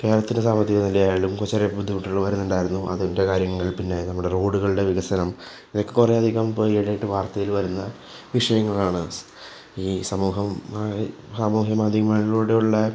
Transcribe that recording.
കേരളത്തിൻ്റെ സാമ്പത്തിക നിലയായാലും കുറച്ചേറെ ബുദ്ധിമുട്ടുകളുണ്ടായിരുന്നു അതിൻ്റെ കാര്യങ്ങൾ പിന്നെ നമ്മുടെ റോഡുകളുടെ വികസനം ഇതൊക്കെ കുറേയധികം ഇപ്പോള് ഈയിടെയായിട്ട് വാർത്തയിൽ വരുന്ന വിഷയങ്ങളാണ് ഈ സാമൂഹ്യ മാധ്യമങ്ങളിലൂടെയുള്ള